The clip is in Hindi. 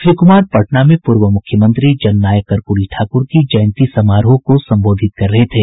श्री कुमार पटना में पूर्व मुख्यमंत्री जननायक कर्पूरी ठाकुर की जयंती समारोह को संबोधित कर रहे थे